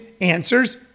answers